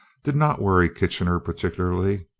did not worry kitchener particularly.